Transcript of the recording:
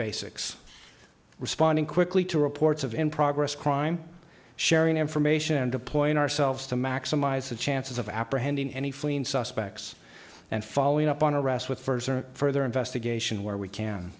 basics responding quickly to reports of in progress crime sharing information deploying ourselves to maximize the chances of apprehending any fleeing suspects and following up on a rest with further investigation where we can